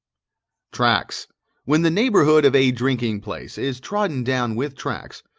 tracks when the neighbourhood of a drinking-place is trodden down with tracks,